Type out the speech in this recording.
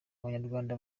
abanyarwanda